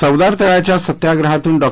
चवदार तळ्याच्या सत्याग्रहातून डॉ